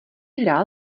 hrál